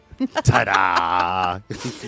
Ta-da